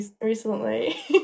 recently